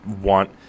want